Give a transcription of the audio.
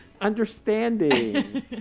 understanding